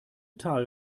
tal